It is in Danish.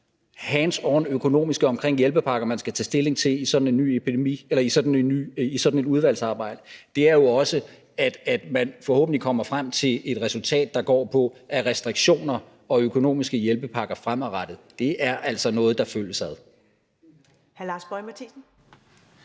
hands on-økonomiske omkring hjælpepakker, som man skal tage stilling til i sådan et udvalgsarbejde – er jo også, at man forhåbentlig kommer frem til et resultat, der går på, at restriktioner og økonomiske hjælpepakker fremadrettet altså er noget, der følges ad.